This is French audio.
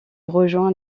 rejoint